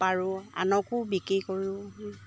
পাৰোঁ আনকো বিক্ৰী কৰোঁ